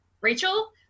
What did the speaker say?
rachel